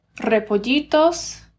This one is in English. repollitos